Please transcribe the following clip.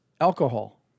alcohol